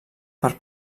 per